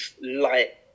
light